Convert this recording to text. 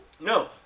No